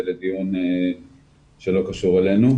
זה לדיון שלא קשור אלינו,